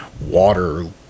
water